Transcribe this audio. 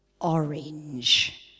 orange